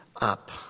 up